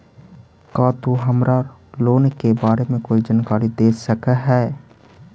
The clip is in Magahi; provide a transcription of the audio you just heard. का तु हमरा लोन के बारे में कोई जानकारी दे सकऽ हऽ?